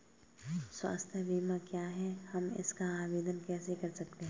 स्वास्थ्य बीमा क्या है हम इसका आवेदन कैसे कर सकते हैं?